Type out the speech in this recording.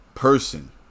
person